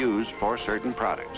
used for certain product